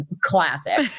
classic